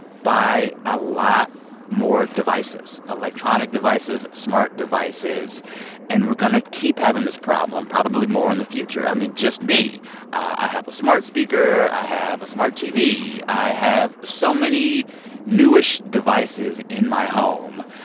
buy a lot more devices electronic devices, smart devices and we're going to keep having this problem probably more in the future. i mean, just me i have a smart speaker. i have a smart tv. i have so many newish devices in my home.